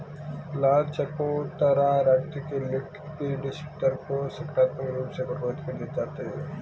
लाल चकोतरा रक्त के लिपिड स्तर को सकारात्मक रूप से प्रभावित कर जाते हैं